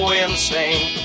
insane